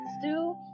stew